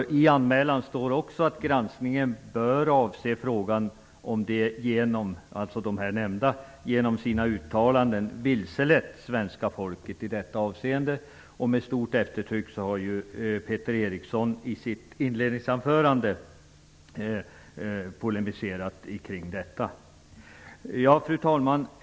I anmälningen står också att granskningen bör avse frågan om de nämnda personerna genom sina uttalanden vilselett svenska folket i detta avseende. Med stort eftertryck har Peter Eriksson i sitt inledningsanförande polemiserat kring detta. Fru talman!